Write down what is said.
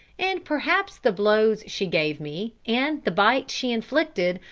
and perhaps the blows she gave me, and the bites she inflicted,